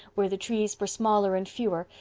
where the trees were smaller and fewer,